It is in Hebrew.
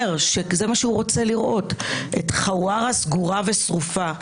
שזה מה שהוא רוצה לראות - את חווארה סגורה ושרופה.